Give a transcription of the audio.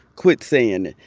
quit saying it.